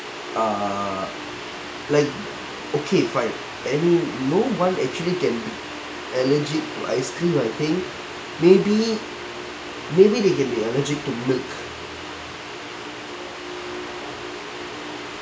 err like okay fine any no one actually can allergic to ice cream I think maybe maybe they can be allergy to milk